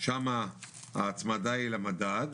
שמה ההצמדה היא למדד,